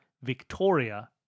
Victoria